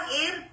air